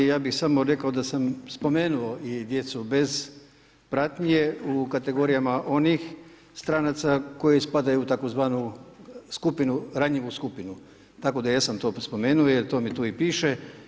Ali ja bih samo rekao da sam spomenuo i djecu bez pratnje u kategorijama onih stranaca koji spadaju u tzv. ranjivu skupinu, tako da jesam to spomenuo jer to mi tu i piše.